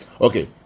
okay